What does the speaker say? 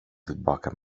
tillbaka